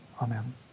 amen